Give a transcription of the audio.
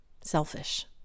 Selfish